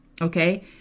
Okay